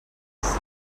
res